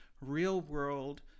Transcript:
real-world